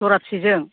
जराबेसेजों